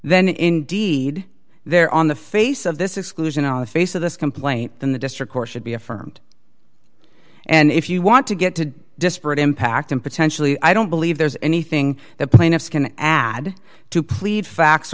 then indeed there on the face of this exclusion on the face of this complaint in the district court should be affirmed and if you want to get to disparate impact and potentially i don't believe there's anything the plaintiffs can add to plead facts